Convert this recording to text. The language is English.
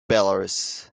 belarus